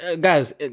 Guys